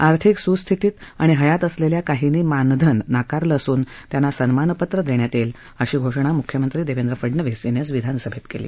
आर्थिक सुस्थितीत आणि हयात असलेल्या काहींनी मानधन नाकारले असून त्यांना सन्मानपत्र देण्यात येईल अशी घोषणा मुख्यमंत्री देवेंद्र फडणवीस यांनी आज विधानसभेत केली